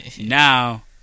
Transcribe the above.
now